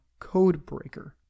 codebreaker